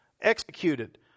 executed